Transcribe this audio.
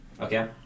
Okay